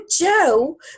Joe